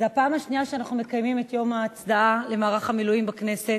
זו הפעם השנייה שאנחנו מקיימים את יום ההצדעה למערך המילואים בכנסת.